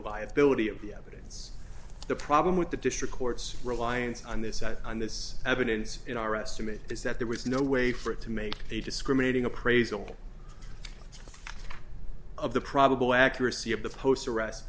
reliability of the evidence the problem with the district court's reliance on this on this evidence in our estimate is that there was no way for it to make a discriminating appraisal of the probable accuracy of the post arrest